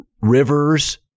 Rivers